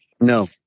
No